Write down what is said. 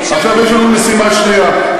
עכשיו יש לנו משימה שנייה,